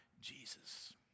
Jesus